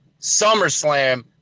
SummerSlam